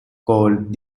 called